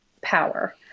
power